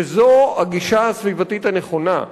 וזו הגישה הסביבתית הנכונה.